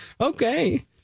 Okay